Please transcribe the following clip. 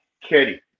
Katie